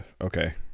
Okay